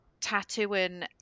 tattooing